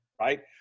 right